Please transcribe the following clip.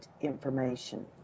information